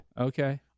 Okay